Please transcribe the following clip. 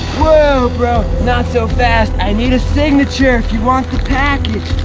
whoa, bro! not so fast, i need a signature if you want the package.